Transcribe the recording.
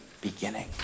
beginning